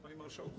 Panie Marszałku!